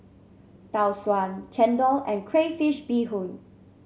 Tau Suan chendol and Crayfish Beehoon